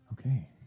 Okay